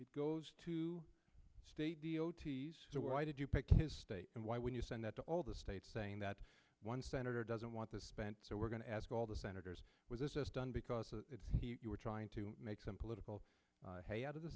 it goes to the why did you pick his state and why when you send that to all the states saying that one senator doesn't want to spend so we're going to ask all the senators was this done because you were trying to make some political hay out of the